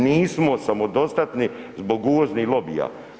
Nismo samodostatni zbog uvoznih lobija.